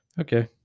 Okay